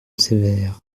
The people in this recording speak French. sévère